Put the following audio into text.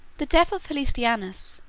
the death of hostiliamus,